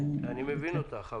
אני מבין אותך.